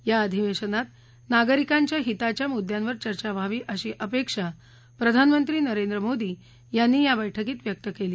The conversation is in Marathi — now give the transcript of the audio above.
या अधिवेशनात नागरिकांच्या हिताच्या मुद्यांवर चर्चा व्हावी अशी अपेक्षा प्रधानमंत्री नरेंद्र मोदी यांनी या बैठकीत व्यक्त केली